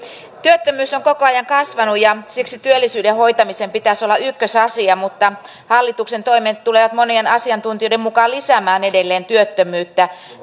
työttömyys on koko ajan kasvanut ja siksi työllisyyden hoitamisen pitäisi olla ykkösasia mutta hallituksen toimet tulevat monien asiantuntijoiden mukaan lisäämään edelleen työttömyyttä